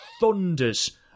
thunders